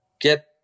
get